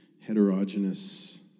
heterogeneous